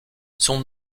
son